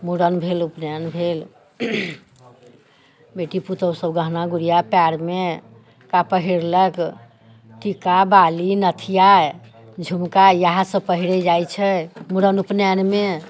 मूड़न भेल उपनयन भेल बेटी पुतोहु सभ गहना गुड़िया पएरमे पहिरलक टीका बाली नथिया झुमका इएहसभ पहिरै जाइत छै मूड़न उपनयनमे